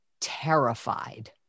terrified